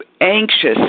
anxious